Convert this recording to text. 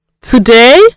Today